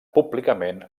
públicament